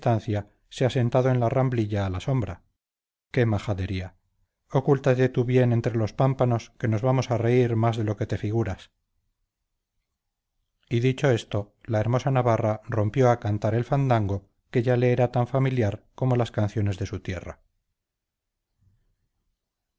se ha sentado en la ramblilla a la sombra qué majadería ocúltate tú bien entre los pámpanos que nos vamos a reír más de lo que te figuras y dicho esto la hermosa navarra rompió a cantar el fandango que ya le era tan familiar como las canciones de su tierra